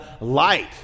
light